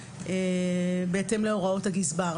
בהתאם להוראות הגזבר.